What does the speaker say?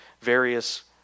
various